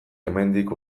hemendik